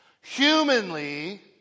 Humanly